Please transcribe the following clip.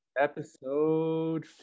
Episode